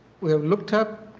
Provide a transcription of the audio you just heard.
we have looked at